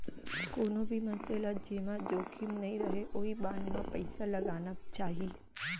कोनो भी मनसे ल जेमा जोखिम नइ रहय ओइ बांड म पइसा लगाना चाही